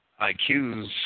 IQs